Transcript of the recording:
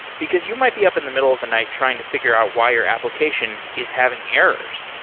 because you might be up in the middle of the night trying to figure out why your application is having errors,